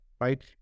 right